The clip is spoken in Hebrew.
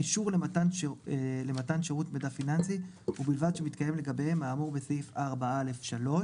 אישור למתן מידע פיננסי ובלבד שמתקיים לגביהם האמור בסעיף 4/א'/3.